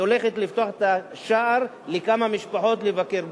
הולכת לפתוח את השער לכמה משפחות לביקור בסוריה.